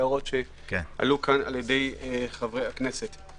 הערות שעלו פה על-ידי חברי הכנסת.